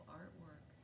artwork